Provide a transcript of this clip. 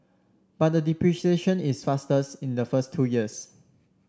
but the depreciation is fastest in the first two years